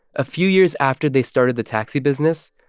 a few years after they started the taxi business,